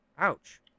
Ouch